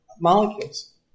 molecules